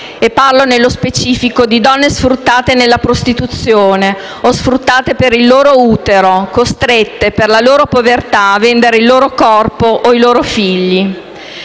Parlo, nello specifico, di donne sfruttate nella prostituzione o sfruttate per il loro utero, costrette per la loro povertà a vendere il loro corpo o i loro figli.